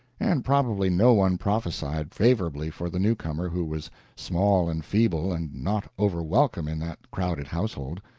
and probably no one prophesied favorably for the new-comer, who was small and feeble, and not over-welcome in that crowded household.